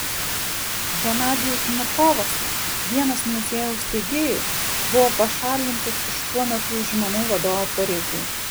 genadijus vnukovas vienas muziejaus steigėjų buvo pašalintas iš tuo metu užimamų vadovo pareigų